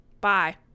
bye